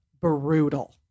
brutal